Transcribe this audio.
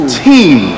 team